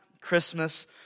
Christmas